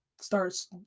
starts